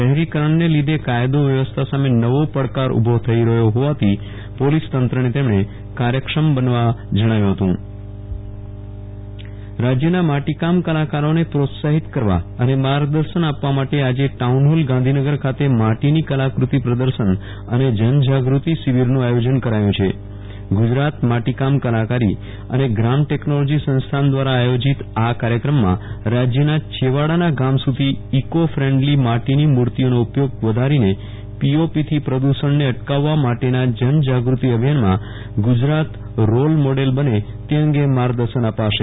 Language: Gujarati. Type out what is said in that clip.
શહેરીકરણને લીધે કાયદો વ્યવસ્થા સામે નવો પડકાર ઉભો થઈ રહ્યો હોવાથી પોલીસતંત્રને તેમણે કાર્યક્ષમ બનવા જણાવ્યુ હતું વિરલ રાણા માટીની કલાકૃતિ પ્રદર્શન રાજ્યના માટીકામ કલાકારોને પ્રોત્સાફીત કરવા અને માર્ગદર્શન અને જનજાગૃતિ શિબિરનું આયોજન કરાયુ છે ગુજરાત માટીકામ કલાકારી અને ગ્રામ ટેકનોલોજી સંસ્થાન દ્રારા આયોજીત આ કાર્યક્રમમાં રાજ્યના છેવાના ગામ સુધી ઈકો ફ્રેન્ડલી માટીની મુર્તિઓનો ઉપયોગ વધારીને પીઓપીથી પ્રદુ ષણને અટકાવવા માટેના જનજાગૃ તિ અભિયાનમાં ગુજરાત રોલ મોડલ બને તે અંગે માર્ગદર્શન અપાશે